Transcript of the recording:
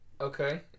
Okay